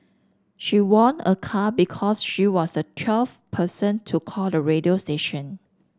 she won a car because she was the twelfth person to call the radio station